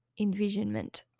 envisionment